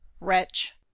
wretch